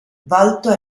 volto